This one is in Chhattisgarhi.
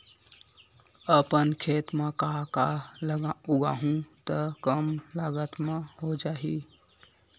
अपन खेत म का का उगांहु त कम लागत म हो जाही?